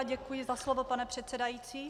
Děkuji za slovo, pane předsedající.